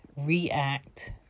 react